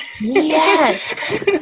Yes